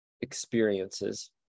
experiences